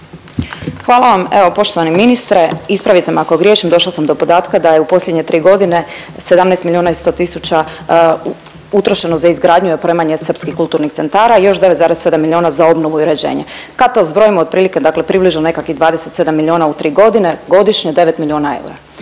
Hvala vam. Evo poštovani ministre, ispravite me ako griješim, došla sam do podatka da je u posljednje 3.g. 17 milijuna i 100 tisuća utrošeno za izgradnju i opremanje srpskih kulturnih centara i još 9,7 milijuna za obnovu i uređenje. Kad to zbrojimo otprilike dakle približno nekakvih 27 milijuna u 3.g., godišnje 9 milijuna eura.